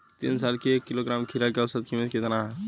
तीन साल से एक किलोग्राम खीरा के औसत किमत का ह?